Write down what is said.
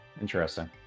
Interesting